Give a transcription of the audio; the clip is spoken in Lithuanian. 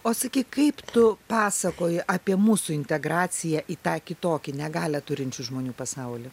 o sakyk kaip tu pasakoji apie mūsų integraciją į tą kitokį negalią turinčių žmonių pasaulį